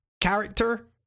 character